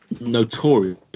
notorious